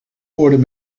worden